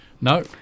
No